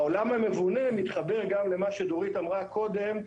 העולם המבונה מתחבר גם למה שדורית אמרה קודם,